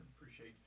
appreciate